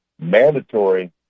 mandatory